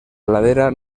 ladera